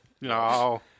No